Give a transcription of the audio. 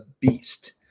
beast